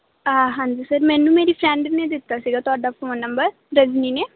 ਹਾਂਜੀ ਸਰ ਮੈਨੂੰ ਮੇਰੀ ਫਰੈਂਡ ਨੇ ਦਿੱਤਾ ਸੀਗਾ ਤੁਹਾਡਾ ਫੋਨ ਨੰਬਰ ਰਜਨੀ ਨੇ